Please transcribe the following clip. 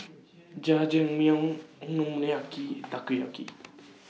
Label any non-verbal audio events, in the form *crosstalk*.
*noise* Jajangmyeon Okonomiyaki Takoyaki